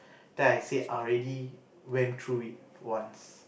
then I said I already went through it once